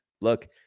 Look